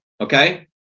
okay